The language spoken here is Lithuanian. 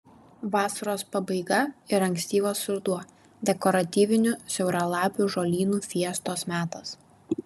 vasaros pabaiga ir ankstyvas ruduo dekoratyvinių siauralapių žolynų fiestos metas